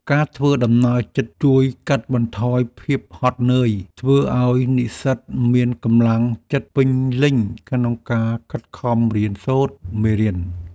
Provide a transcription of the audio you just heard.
ការធ្វើដំណើរជិតជួយកាត់បន្ថយភាពហត់នឿយ ធ្វើឱ្យនិស្សិតមានកម្លាំងចិត្តពេញលេញក្នុងការខិតខំរៀនសូត្រមេរៀន។